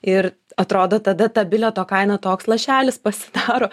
ir atrodo tada ta bilieto kaina toks lašelis pasidaro